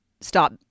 stop